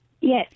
Yes